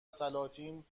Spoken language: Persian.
سلاطین